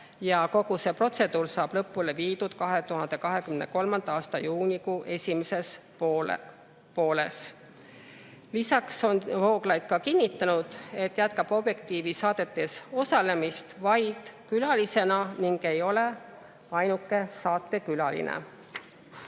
ja kogu see protseduur saab lõpule viidud 2023. aasta juunikuu esimeses pooles. Lisaks on Vooglaid ka kinnitanud, et jätkab Objektiivi saadetes osalemist vaid külalisena ning ei ole ainuke saatekülaline.